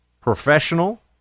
professional